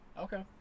Okay